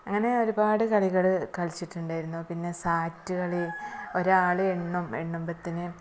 അങ്ങനെ ഒരുപാട് കളികള് കളിച്ചിട്ടുണ്ടായിരുന്നു പിന്നെ സാറ്റ് കളി ഒരാള് എണ്ണും എണ്ണുമ്പോഴത്തേന്